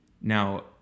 Now